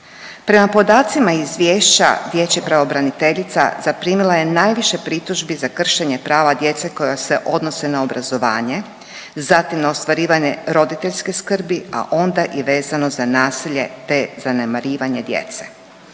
Prema podacima izvješća dječja pravobraniteljica zaprimila je najviše pritužbi za kršenje prava djece koja se odnose na obrazovanje, zatim na ostvarivanje roditeljske skrbi, a onda i vezano za nasilje te zanemarivanje djece.